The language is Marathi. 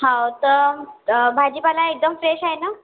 हो तर भाजीपाला एकदम फ्रेश आहे ना